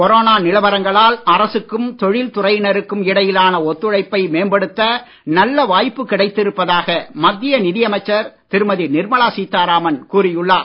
corona நிலவரங்களால் அரசுக்கும் தொழில் துறையினருக்கும் இடையிலான வாய்ப்பு கிடைத்திருப்பதாக மத்திய நிதி அமைச்சர் திருமதி நிர்மலா சீதாராமன் கூறியுள்ளார்